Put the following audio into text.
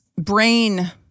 brain